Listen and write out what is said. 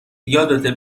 یادته